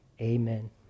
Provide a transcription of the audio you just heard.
amen